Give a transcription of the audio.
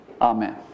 amen